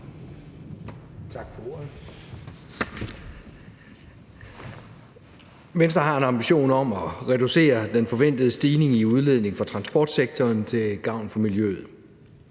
Tak for ordet.